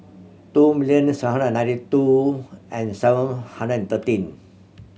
two million seven hundred ninety two and seven hundred and thirteen